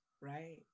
Right